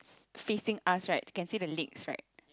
facing us right can see the legs right